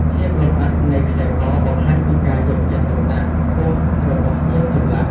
ភាពលម្អិតនៃខ្សែកបង្ហាញពីការយកចិត្តទុកដាក់ខ្ពស់របស់ជាងចម្លាក់។